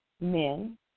men